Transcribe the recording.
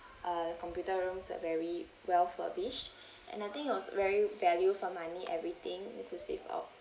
uh computer rooms are very well furbish and I think it was very value for money everything inclusive of